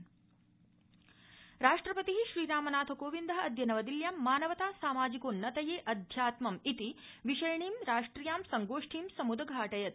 राष्ट्रपति संगोष्ठी राष्ट्रपति श्रीरामनाथकोविन्द अद्य नवदिल्ल्यां मानवता सामाजिकोन्नतये अध्यात्मम् इति विषयिणीं राष्ट्रियां संगोष्ठीं समृदघाटयत्